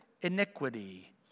iniquity